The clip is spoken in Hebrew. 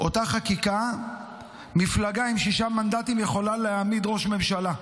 אותה חקיקה מפלגה עם שישה מנדטים יכולה להעמיד ראש ממשלה.